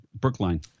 Brookline